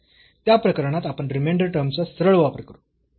तर त्या प्रकरणात आपण रिमेंडर टर्मचा सरळ वापर करू